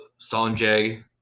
sanjay